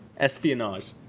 Espionage